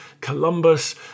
Columbus